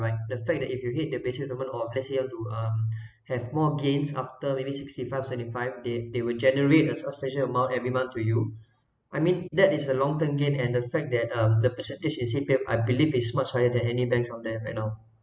right the fact that if you hit the basic retirement or let's say to um have more gains after maybe sixty five seventy five they they would generate a substantial amount every month to you I mean that is a long term gain and the fact that um the percentage in C_P_F I believe is much higher than any banks out there right now